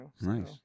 Nice